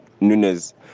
Nunes